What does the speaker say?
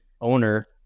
owner